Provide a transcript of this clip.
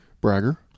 Bragger